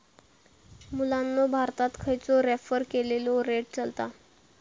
मुलांनो भारतात खयचो रेफर केलेलो रेट चलता?